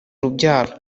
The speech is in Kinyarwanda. urubyaro